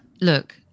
look